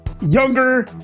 younger